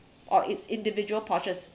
or it's individual portions